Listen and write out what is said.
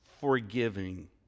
forgiving